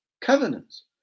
covenants